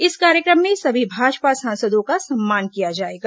इस कार्यक्रम में सभी भाजपा सांसदों का सम्मान किया जाएगा